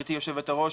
גברתי יושבת הראש,